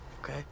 okay